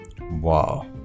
Wow